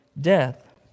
death